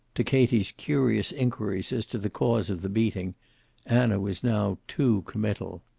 to katie's curious inquiries as to the cause of the beating anna was now too committal.